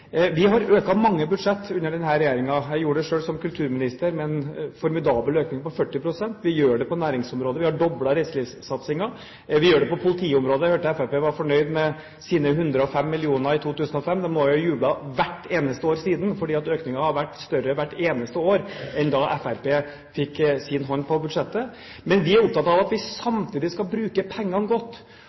Vi har økt mange budsjetter under denne regjeringen – jeg gjorde det selv som kulturminister, med en formidabel økning på 40 pst. Vi gjør det på næringsområdet, vi har doblet reiselivssatsingen. Vi gjør det på politiområdet. Jeg hørte Fremskrittspartiet var fornøyd med sine 105 mill. kr i 2005. De må jo ha jublet hvert eneste år etterpå, for økningen har vært større hvert eneste år sammenlignet med da Fremskrittspartiet fikk sin hånd på budsjettet. Men vi er opptatt av at vi samtidig skal bruke pengene godt.